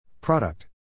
Product